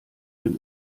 dem